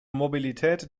mobilität